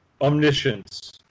omniscience